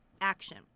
action